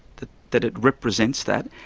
that that it represents that,